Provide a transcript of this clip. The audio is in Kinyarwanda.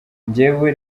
njyewe